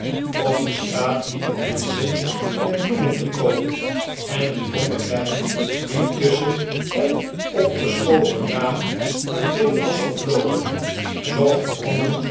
op de straat liepen menschen met bloemen te koop en een domme bij die tusschen het opgeschoven raam naar binnen was gevlogen zocht brommend